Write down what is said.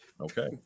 Okay